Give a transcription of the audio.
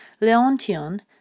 leontion